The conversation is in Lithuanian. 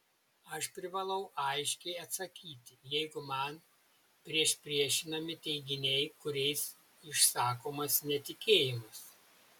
aš privalau aiškiai atsakyti jeigu man priešpriešinami teiginiai kuriais išsakomas netikėjimas